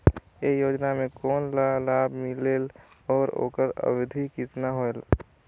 ये योजना मे कोन ला लाभ मिलेल और ओकर अवधी कतना होएल